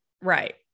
right